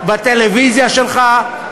בטלוויזיה שלך,